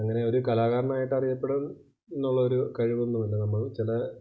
അങ്ങനെ ഒരു കലാകാരനായിട്ട് അറിയപ്പെടാൻ എന്നുള്ള ഒരു കഴിവൊന്നും ഇല്ല നമ്മൾ ചില